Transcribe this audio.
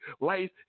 life